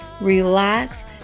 relax